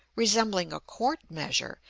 resembling a quart measure,